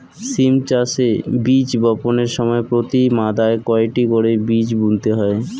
সিম চাষে বীজ বপনের সময় প্রতি মাদায় কয়টি করে বীজ বুনতে হয়?